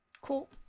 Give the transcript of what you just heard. cool